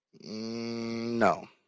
No